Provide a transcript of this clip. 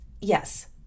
Yes